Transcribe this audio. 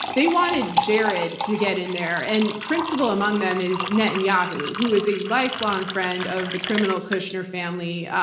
they wanted jared to get in there. and principal among them is netanyahu who is a lifelong friend of the criminal kushner family.